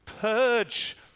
Purge